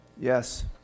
Yes